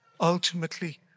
ultimately